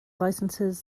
licenses